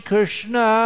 Krishna